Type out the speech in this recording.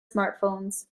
smartphones